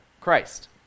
Christ